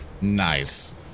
Nice